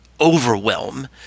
overwhelm